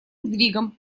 сдвигам